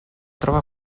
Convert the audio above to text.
troba